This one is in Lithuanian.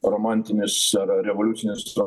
romantinis ar revoliucinis